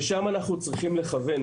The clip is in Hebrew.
לשם אנחנו צריכים לכוון,